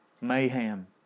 Mayhem